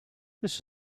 this